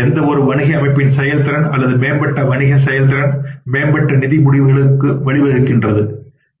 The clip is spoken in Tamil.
எந்தவொரு வணிக அமைப்பின் செயல்திறன் அல்லது மேம்பட்ட வணிக செயல்திறன் மேம்பட்ட நிதி முடிவுகளுக்கு வழிவகுக்கிறது